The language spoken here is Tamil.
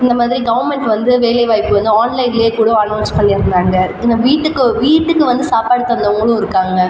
இந்தமாதிரி கவர்ன்மெண்ட் வந்து வேலை வாய்ப்பு வந்து ஆன்லைன்லே கூடும் அனௌன்ஸ் பண்ணியிருந்தாங்க இந்த வீட்டுக்கு வீட்டுக்கு வந்து சாப்பாடு தந்தவங்களும் இருக்காங்க